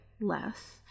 less